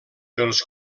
els